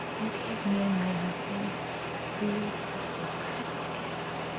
you gave me and my husband the most incredible gift,